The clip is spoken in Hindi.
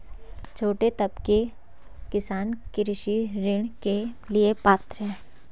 छोटे तबके के किसान कृषि ऋण के लिए पात्र हैं?